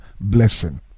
blessing